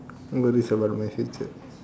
what is about my future